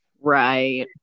Right